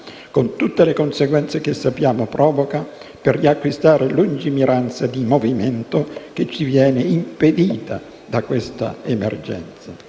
con tutte le conseguenze che sappiamo provoca, per riacquistare lungimiranza di movimento, che ci viene impedita da questa emergenza.